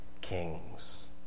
kings